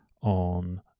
on